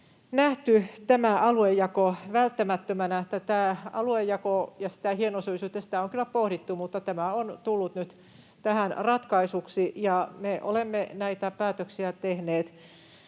nähty tämä aluejako välttämättömänä. Tätä aluejakoa ja sitä hienosyisyyttä on kyllä pohdittu, mutta tämä on tullut nyt tähän ratkaisuksi, ja me olemme näitä päätöksiä tehneet